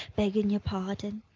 beggin' your pardon.